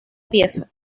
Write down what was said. pieza